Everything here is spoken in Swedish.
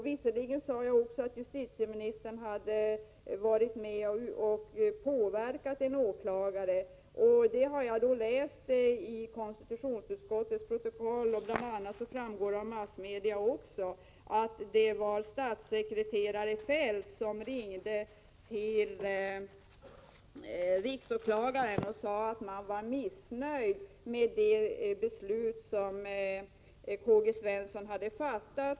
Visserligen sade jag också att justitieministern hade varit med och påverkat en åklagare. Jag har läst i konstitutionsutskottets protokoll, och det framgår av massmedia också, att det var statssekreterare Fälth som ringde till riksåklagaren och sade att man var missnöjd med det beslut som K. G. Svensson hade fattat.